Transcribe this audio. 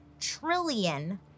trillion